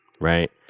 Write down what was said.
right